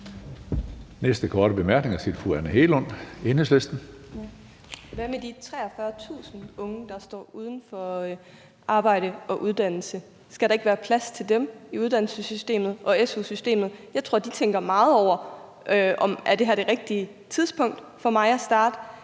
første korte bemærkning er til fru Anne Hegelund, Enhedslisten. Kl. 15:39 Anne Hegelund (EL): Hvad med de 43.000 unge, der står uden for arbejdsmarked og uddannelsessystem? Skal der ikke være plads til dem i uddannelsessystemet og su-systemet? Jeg tror, de tænker meget over: Er det her det rigtige tidspunkt for mig at starte